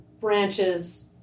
branches